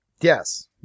Yes